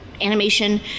animation